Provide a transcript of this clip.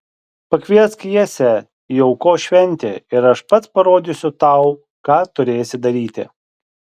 pakviesk jesę į aukos šventę ir aš pats parodysiu tau ką turėsi daryti